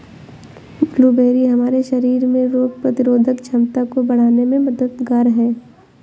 blueberry हमारे शरीर में रोग प्रतिरोधक क्षमता को बढ़ाने में मददगार है